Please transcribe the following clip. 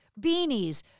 beanies